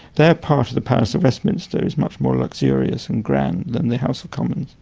their part of the palace of westminster is much more luxurious and grand than the house of commons,